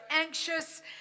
anxious